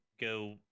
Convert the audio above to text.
go